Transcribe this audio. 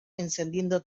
encendiendo